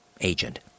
agent